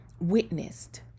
witnessed